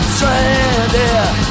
Stranded